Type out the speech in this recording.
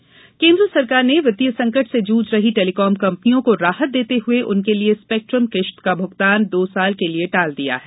telecom राहत केन्द्र सरकार ने वित्तीय संकट से जूझ रही टेलीकॉम कंपनियों को राहत देते हुए उनके लिए स्पेक्ट्रम किश्त का भुगतान दो साल के लिए टाल दिया है